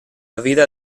vida